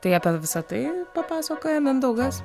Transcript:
tai apie visa tai papasakoja mindaugas